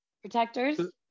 Protectors